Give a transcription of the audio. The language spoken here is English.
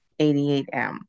88M